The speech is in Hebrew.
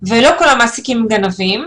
לא כל המעסיקים הם גנבים,